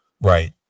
Right